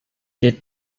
did